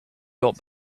got